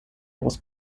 was